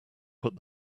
put